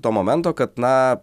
to momento kad na